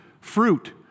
fruit